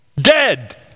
Dead